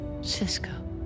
Cisco